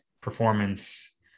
performance